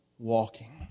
Walking